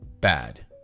bad